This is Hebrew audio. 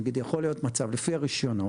נגיד יכול להיות מצב, לפי הרישיונות,